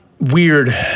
weird